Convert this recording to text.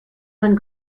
man